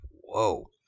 Whoa